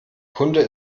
kunde